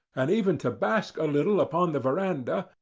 and even to bask a little upon the verandah,